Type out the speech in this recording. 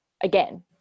again